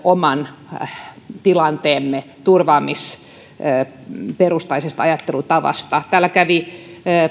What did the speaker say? oman tilanteemme turvaamisperustaisella ajattelutavalla täällä kävi